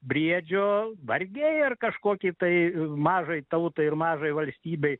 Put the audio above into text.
briedžio vargiai ar kažkokį tai mažai tautai ir mažai valstybei